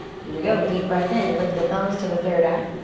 here we go, deep breath in. lift the thumbs to the third eye.